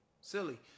silly